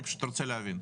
אני פשוט רוצה להבין.